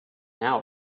now